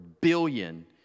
billion